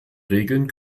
regeln